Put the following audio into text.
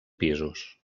pisos